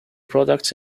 products